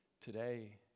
today